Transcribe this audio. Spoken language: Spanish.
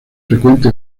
frecuente